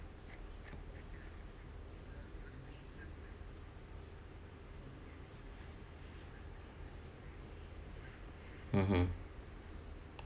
mmhmm